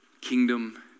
kingdom